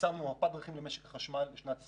פרסמנו מפת דרכים למשק החשמל לשנת 2030,